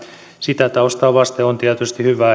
sitä taustaa vasten on tietysti hyvä